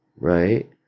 right